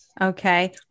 Okay